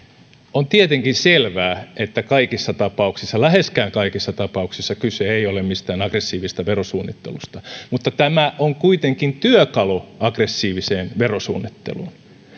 on tietenkin selvää että kaikissa tapauksissa läheskään kaikissa tapauksissa kyse ei ole mistään aggressiivisesta verosuunnittelusta mutta tämä on kuitenkin työkalu aggressiiviseen verosuunnitteluun